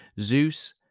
Zeus